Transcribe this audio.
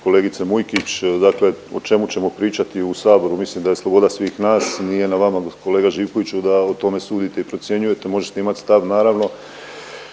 kolegice Mujkić dakle o čemu ćemo pričati u saboru, mislim da je sloboda svih nas i nije na vama kolega Živkoviću da o tome sudite i procjenjujete. Možete imat stav naravno,